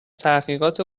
تحقیقات